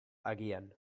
agian